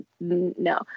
no